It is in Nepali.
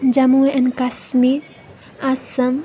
जम्मू एन्ड काश्मिर आसम